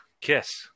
kiss